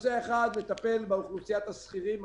נושא אחד לטפל באוכלוסיית השכירים.